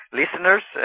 listeners